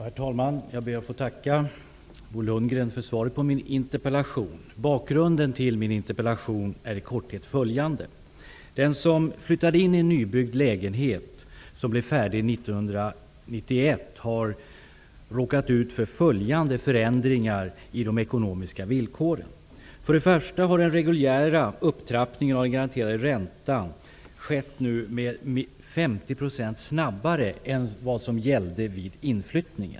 Herr talman! Jag ber att få tacka Bo Lundgren för svaret på min interpellation. Bakgrunden är i korthet följande. Den som flyttade in i en nybyggd lägenhet som blev färdig 1991 har råkat ut för en rad förändringar i de ekonomiska villkoren. För det första har den reguljära upptrappningen av den garanterade räntan skett 50 % snabbare än vad som gällde vid inflyttningen.